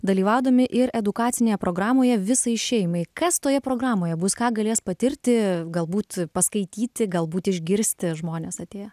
dalyvaudami ir edukacinėje programoje visai šeimai kas toje programoje bus ką galės patirti galbūt paskaityti galbūt išgirsti žmonės atėję